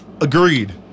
Agreed